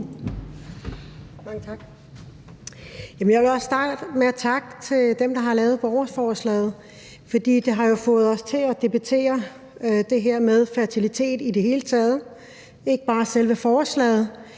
Jeg vil også starte med en tak til dem, der har lavet borgerforslaget, for det har jo fået os til at debattere det her med fertilitet i det hele taget, ikke bare selve forslaget,